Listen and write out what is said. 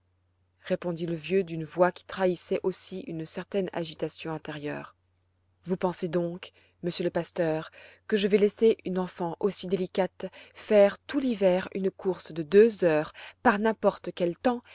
répondit le vieux d'une voix qui trahissait aussi une certaine agitation intérieure tous pensez donc monsieur le pasteur que je vais laisser une enfant aussi délicate faire tout l'hiver une course de deux heures par n'importe quel temps